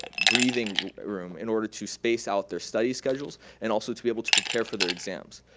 but breathing room in order to space out their study schedules and also to be able to prepare for their exams.